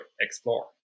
explore